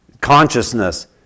consciousness